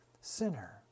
sinner